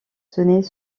tenait